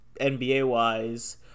NBA-wise